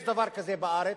יש דבר כזה בארץ.